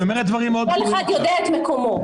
כל אחד יודע את מקומו.